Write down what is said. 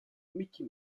micky